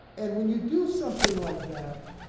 and when you do something like that,